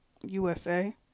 USA